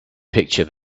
picture